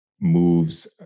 moves